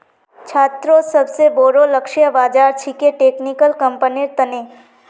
छात्रोंत सोबसे बोरो लक्ष्य बाज़ार छिके टेक्निकल कंपनिर तने